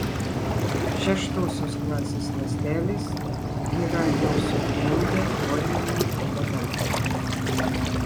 šeštosios klasės ląstelės yra jau subrendę forminiai elementai